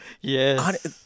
Yes